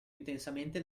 intensamente